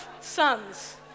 sons